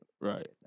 Right